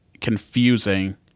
confusing